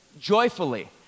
joyfully